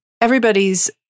everybody's